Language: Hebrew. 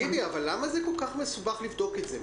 למה כל כך מסובך לבדוק את זה?